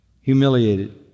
humiliated